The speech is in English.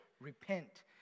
repent